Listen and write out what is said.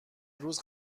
روز